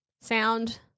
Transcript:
sound